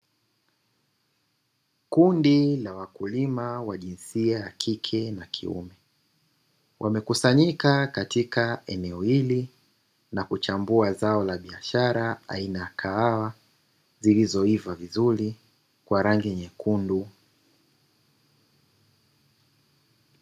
Kundi la wakulina wa jinsia ya kike na kiume wamekusanyika katika eneo hili na kuchambua zao la biashara aina ya kahawa zilizoiva vizuri kwa rangi nyekundu.